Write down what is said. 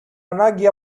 ανάγκη